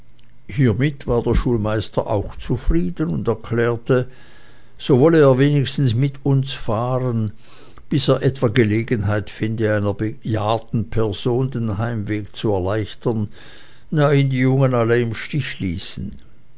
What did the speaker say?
hiemit war der schulmeister auch zufrieden und erklärte so wolle er wenigstens mit uns fahren bis er etwa gelegenheit finde einer bejahrten person den heimweg zu erleichtern da ihn die jungen alle im stiche ließen